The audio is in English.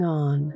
on